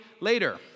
later